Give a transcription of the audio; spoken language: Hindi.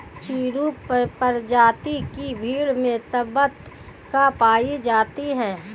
चिरु प्रजाति की भेड़ तिब्बत में पायी जाती है